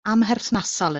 amherthnasol